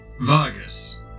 Vargas